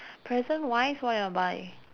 present wise what you want buy